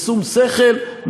בשום שכל,